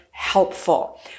Helpful